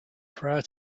prior